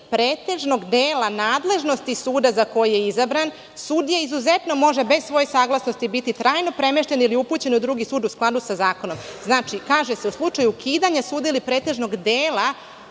pretežnog dela nadležnosti suda za koji je izabran sudija izuzetno može bez svoje saglasnosti biti trajno premešten ili upućen u drugi sud u skladu sa zakonom. Znači, kaže se – slučaju ukidanja suda ili pretežnog dela